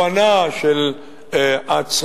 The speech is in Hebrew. הבנה של הצרכים,